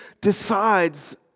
decides